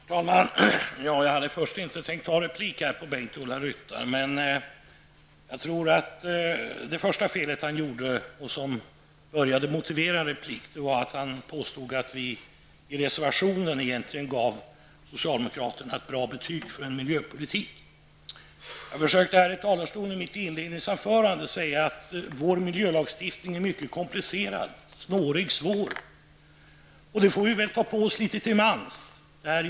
Herr talman! Jag hade först inte tänkt replikera Bengt-Ola Ryttar. Men det första felet som han gjorde och som började motivera replik var att han påstod att vi i reservationen egentligen gav socialdemokraterna ett bra betyg för en miljöpolitik. Jag försökte i mitt inledningsanförande säga att vår miljölagstiftning är mycket komplicerad -- snårig och svår. Och det får vi väl litet till mans ta på oss ansvaret för.